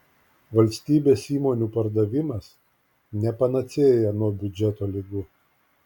valstybės įmonių pardavimas ne panacėja nuo biudžeto ligų